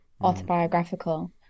autobiographical